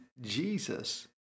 Jesus